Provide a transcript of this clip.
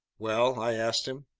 well? i asked him.